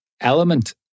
element